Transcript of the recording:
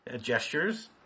gestures